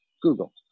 Google